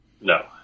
No